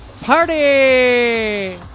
Party